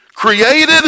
Created